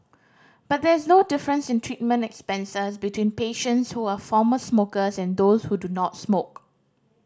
but there is no difference in treatment expenses between patients who are former smokers and those who do not smoke